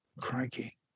Crikey